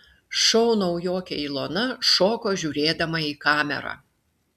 šou naujokė ilona šoko žiūrėdama į kamerą